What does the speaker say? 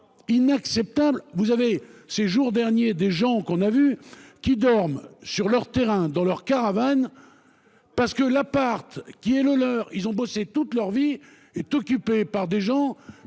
Inacceptable, vous avez ces jours derniers, des gens qu'on a vu qu'ils dorment sur leur terrain dans leur caravane. Parce que la part qui est le leur. Ils ont bossé toute leur vie est occupé par des gens